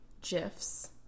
GIFs